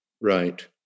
Right